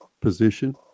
position